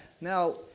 Now